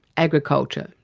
agriculture,